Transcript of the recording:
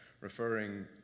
referring